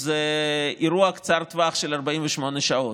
זה אירוע קצר טווח של 48 שעות.